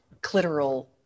clitoral